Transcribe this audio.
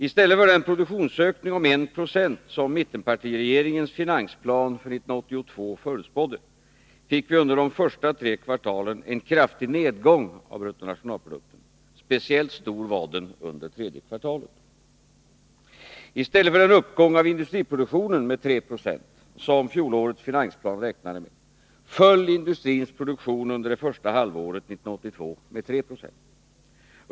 I stället för den produktionsökning om 1 96 som mittenpartiregeringens finansplan för 1982 förutspådde, fick vi under de första tre kvartalen en kraftig nedgång av bruttonationalprodukten. Speciellt stort var den under tredje kvartalet. I stället för den uppgång av industriproduktionen med 3 96 som fjolårets finansplan räknade med, föll industrins produktion under det första halvåret 1982 med 3 26.